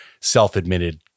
self-admitted